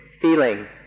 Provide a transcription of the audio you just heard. feeling